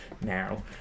now